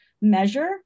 measure